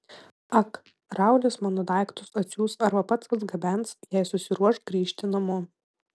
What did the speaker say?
ak raulis mano daiktus atsiųs arba pats atgabens jei susiruoš grįžti namo